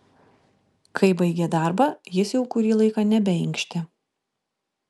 kai baigė darbą jis jau kurį laiką nebeinkštė